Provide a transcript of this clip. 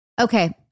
Okay